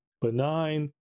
benign